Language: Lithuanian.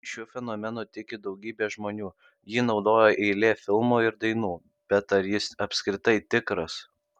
šiuo fenomenu tiki daugybė žmonių jį naudoja eilė filmų ir dainų bet ar jis apskritai tikras